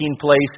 place